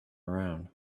around